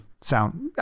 sound